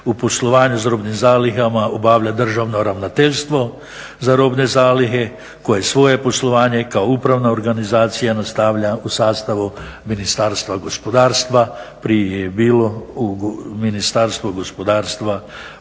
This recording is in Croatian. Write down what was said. u poslovanju s robnim zalihama obavlja državno ravnateljstvo za robne zalihe koji svoje poslovanje kao upravna organizacija nastavlja u sastavu Ministarstva gospodarstva. Prije je bilo Ministarstvo gospodarstva,